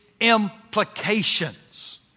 implications